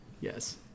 Yes